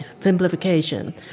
simplification